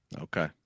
Okay